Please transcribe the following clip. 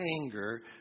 anger